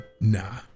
nah